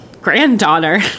granddaughter